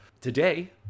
Today